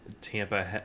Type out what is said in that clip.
Tampa